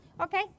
Okay